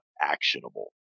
actionable